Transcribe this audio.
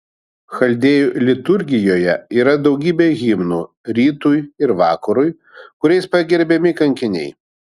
chaldėjų liturgijoje yra daugybė himnų rytui ir vakarui kuriais pagerbiami kankiniai